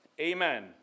Amen